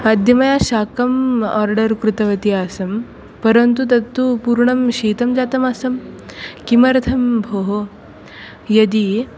अद्य मया शाकम् आर्डर् कृतवती आसम् परन्तु तत्तु पूर्णं शीतं जातमासम् किमर्थं भोः यदि